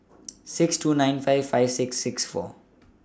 six two nine five five six six four